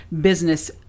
business